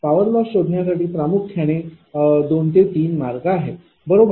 power loss शोधण्यासाठी प्रामुख्याने दोन तीन मार्ग आहेत बरोबर